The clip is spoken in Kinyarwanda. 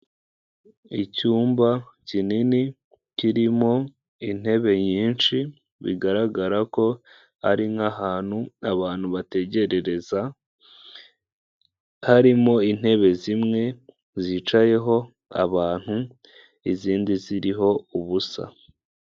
Icyumba kinini kirimo intebe nyinshi bigaragara ko ari nk'ahantu abantu bategererereza, harimo intebe zimwe zicayeho abantu izindi ziriho ubusa.